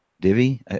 Divi